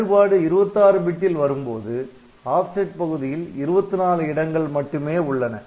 வேறுபாடு 26 பிட்டில் வரும்போது ஆப்செட் பகுதியில் 24 இடங்கள் மட்டுமே உள்ளன